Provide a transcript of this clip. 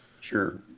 Sure